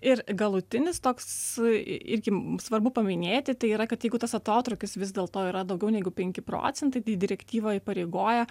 ir galutinis toks irgi svarbu paminėti tai yra kad jeigu tas atotrūkis vis dėlto yra daugiau negu penki procentai tai direktyva įpareigoja